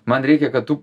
man reikia kad tu